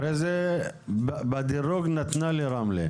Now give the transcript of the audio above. אחרי זה בדירוג נתנה לרמלה.